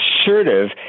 assertive